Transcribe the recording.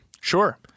Sure